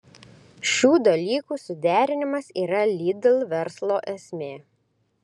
šių dalykų suderinimas yra lidl verslo esmė